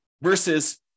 versus